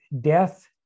death